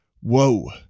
whoa